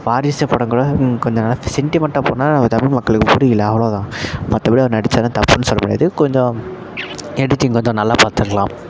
வாரிசு படம் கூட கொஞ்சம் நல்லா செண்டிமெண்ட்டாக போனால் நம்ம தமிழ் மக்களுக்கு பிடிக்கில அவ்வளோ தான் மற்றபடி அவரு நடிச்சதுலாம் தப்புன்னு சொல்ல முடியாது கொஞ்சம் எடிட்டிங் கொஞ்சம் நல்லா பாத்திருக்கலாம்